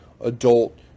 adult